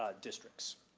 ah districts.